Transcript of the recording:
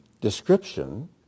description